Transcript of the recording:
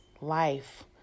life